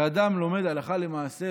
כשאדם לומד הלכה למעשה,